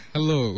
Hello